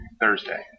Thursday